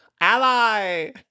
ally